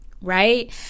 right